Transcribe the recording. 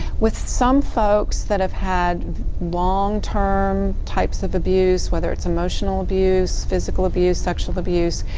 with some folk that have had long-term type of abuse, whether it's emotional abuse, physical abuse, sexual abuse,